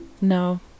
No